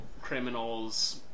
criminals